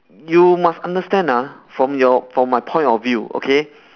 you must understand ah from your from my point of view okay